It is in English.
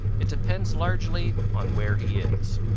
it depends largely on where he is.